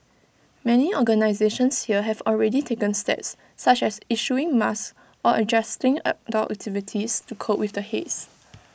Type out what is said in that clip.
many organisations here have already taken steps such as issuing masks or adjusting outdoor activities to cope with the haze